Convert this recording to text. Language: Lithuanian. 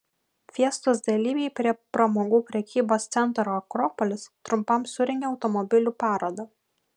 fiestos dalyviai prie pramogų prekybos centro akropolis trumpam surengė automobilių parodą